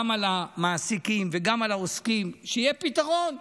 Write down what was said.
גם למעסיקים וגם לעוסקים, שיהיה פתרון.